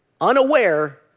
Unaware